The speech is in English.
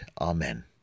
Amen